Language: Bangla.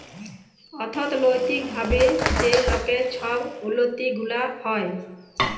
অথ্থলৈতিক ভাবে যে লকের ছব উল্লতি গুলা হ্যয়